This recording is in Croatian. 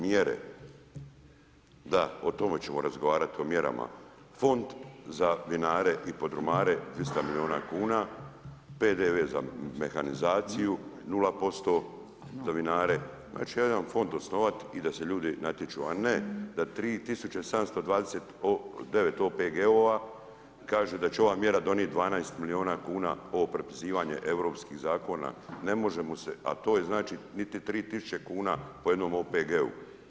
Mjere, da, o tome ćemo razgovarati o mjerama, fond za vinare i podrumare 200 milijuna kuna, PDV za mehanizaciju 0%, za vinare, znači jedan fond osnovati i da se ljudi natječu a ne da 3 tisuće 729 OPG-ova kaže da će ova mjera donijeti 12 milijuna kuna ovo prepisivanje europskih zakona, ne možemo se, a to je znači niti 3 tisuće kuna po jednom OPG-u.